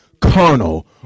carnal